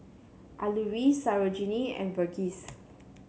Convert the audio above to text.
Alluri Sarojini and Verghese